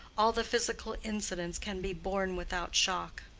all the physical incidents can be borne without shock.